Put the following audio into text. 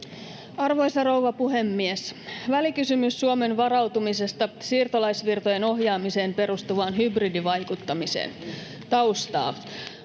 Section: 5 - Välikysymys Suomen varautumisesta siirtolaisvirtojen ohjaamiseen perustuvaan hybridivaikuttamiseen Time: